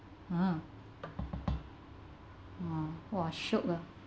!huh! ah !wah! shiok ah